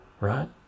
right